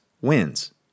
wins